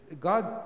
God